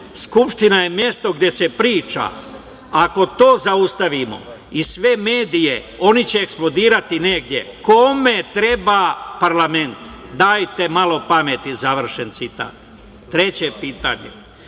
Skupština je mesto gde se priča, ako to zaustavimo i sve medije, oni će eksplodirati negde, kome treba parlament, dajte malo pameti, završen citat. Treće pitanje